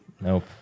Nope